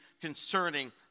concerning